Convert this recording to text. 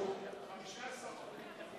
שאנחנו הגשנו, לא קיבלו?